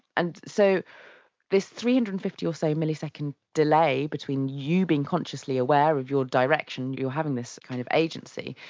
and so this three hundred and fifty or so millisecond delay between you being consciously aware of your direction that you're having this kind of agency,